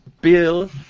bill